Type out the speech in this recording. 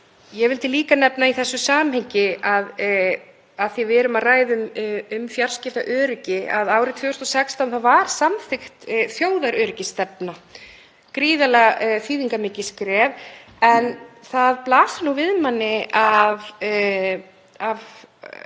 Ég vildi líka nefna í þessu samhengi, af því að við erum að ræða um fjarskiptaöryggi, að árið 2016 var samþykkt þjóðaröryggisstefna, gríðarlega þýðingarmikið skref. En það blasir við manni að